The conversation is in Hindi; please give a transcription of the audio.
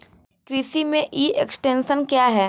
कृषि में ई एक्सटेंशन क्या है?